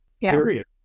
Period